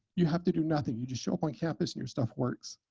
you have to do nothing. you just show up on campus and your stuff works.